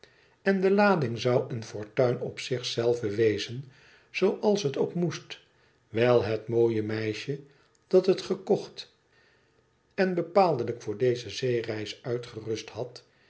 en de lading zou een fortuin op zich zelve wezen zooals het ook moest wijl het mooie meieje dat het gekocht en bepaaldelijk voor deze zeereis uitgerust had